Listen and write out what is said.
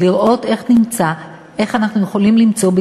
לראות איך אנחנו יכולים למצוא,